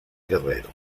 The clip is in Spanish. guerrero